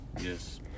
Yes